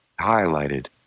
highlighted